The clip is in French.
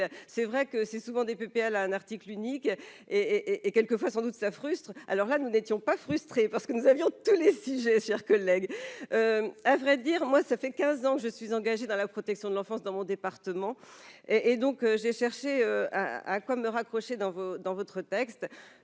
c'est vrai que c'est souvent des pupilles, elle a un article unique et et quelques fois sans doute ça frustre, alors là, nous n'étions pas frustrée parce que nous avions tous les six, c'est-à-dire que lègue à vrai dire, moi ça fait 15 ans que je suis engagé dans la protection de l'enfance dans mon département et et donc j'ai cherché un comme raccrocher dans vos dans